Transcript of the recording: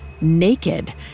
naked